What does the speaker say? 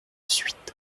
suite